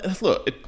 Look